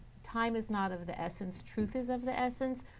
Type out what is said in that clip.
time is not of the essence. truth is of the essence.